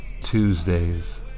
tuesdays